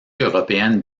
européenne